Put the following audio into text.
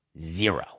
zero